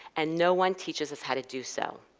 and no one teaches us how to do so.